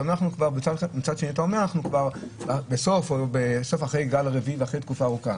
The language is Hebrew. מצד שני אתה אומר אנחנו אחרי גל רביעי ואחרי תקופה ארוכה.